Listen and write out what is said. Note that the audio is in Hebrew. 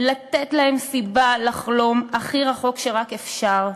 לתת להם סיבה לחלום הכי רחוק שרק אפשר,